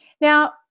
Now